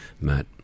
Matt